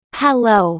hello